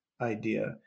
idea